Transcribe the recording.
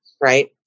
right